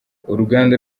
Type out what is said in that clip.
uruganda